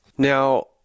Now